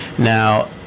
Now